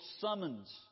summons